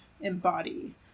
embody